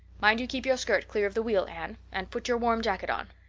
mind you keep your skirt clear of the wheel, anne, and put your warm jacket on.